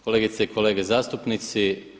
Kolegice i kolege zastupnici.